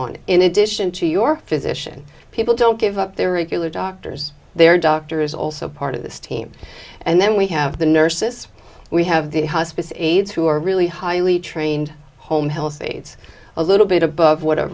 on in addition to your physician people don't give up their regular doctors their doctor is also part of the team and then we have the nurses we have the hospice aides who are really highly trained home health aides a little bit above what a